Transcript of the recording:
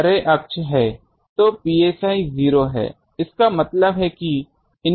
तो psi 0 है इसका मतलब है कि इन के साथ यह psi था